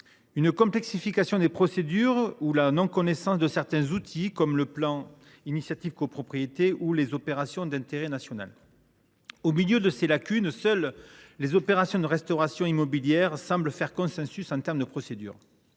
une complexification des procédures ou la méconnaissance de certains outils comme le plan Initiative Copropriétés ou les opérations d’intérêt national. Au milieu de ces lacunes, seules les opérations de restauration immobilière semblent faire consensus en matière de procédures.